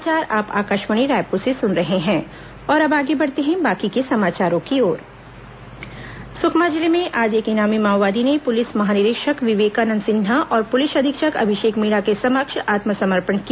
माओवादी समर्पण मुठभेड़ गिरफ्तार सुकमा जिले में आज एक इनामी माओवादी ने पुलिस महानिरीक्षक विवेकानंद सिन्हा और पुलिस अधीक्षक अभिषेक मीणा के समक्ष आत्मसमर्पण किया